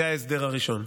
זה ההסדר הראשון.